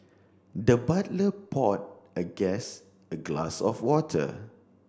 the butler pour a guest a glass of water